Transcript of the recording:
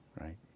right